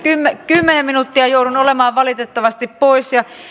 kymmenen minuuttia joudun olemaan valitettavasti poissa